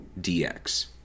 DX